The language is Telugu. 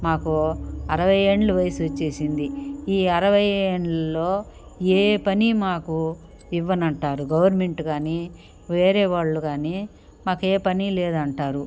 మాకు అరవై ఏండ్లు వయసు వచ్చేసింది ఈ అరవై ఏండ్లులో ఏ పని మాకు ఇవ్వనంటారు గవర్నమెంట్ కాని వేరే వాళ్ళు కానీ మాకేపని లేదంటారు